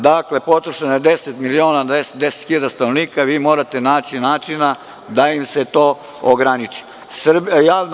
Dakle, potrošeno je 10.000.000 na 10.000 stanovnika i vi morate naći načina da im se to ograniči.